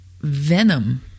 venom